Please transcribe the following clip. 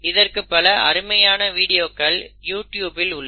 இதற்கு பல அருமையான வீடியோக்கள் யூடியுப்பில் உள்ளது